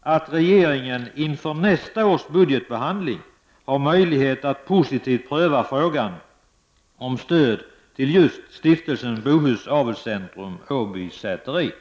att regeringen inför nästa års budgetbehandling har möjlighet att positivt pröva frågan om stöd till Stiftelsen Bohus Avelscentrum — Åby Säteri.